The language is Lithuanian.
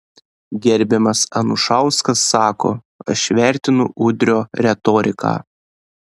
gerbiamas anušauskas sako aš vertinu udrio retoriką